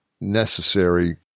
necessary